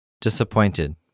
Disappointed